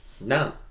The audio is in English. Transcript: no